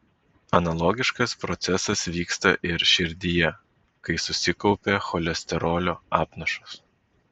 analogiškas procesas vyksta ir širdyje kai susikaupia cholesterolio apnašos